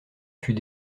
fut